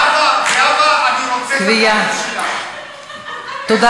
כי זה מתחיל בדגל וזה נגמר ברצח.